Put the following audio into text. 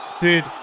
Dude